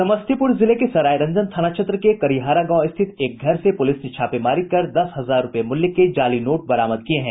समस्तीपुर जिले के सरायरंजन थाना क्षेत्र के करिहारा गांव स्थित एक घर से पुलिस ने छापेमारी कर दस हजार रूपये मूल्य के जाली नोट बरामद किये हैं